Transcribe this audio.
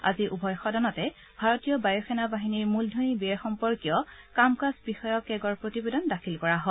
আজি উভয় সদনতে ভাৰতীয় বায়ুসেনা বাহিনীৰ মূলধনী ব্যয় সম্পৰ্কীয় কাম কাজ বিষয়ক কেগৰ প্ৰতিবেদন দাখিল কৰা হয়